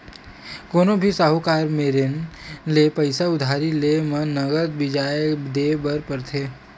कोनो भी साहूकार मेरन ले पइसा उधारी लेय म नँगत बियाज देय बर परथे